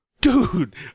dude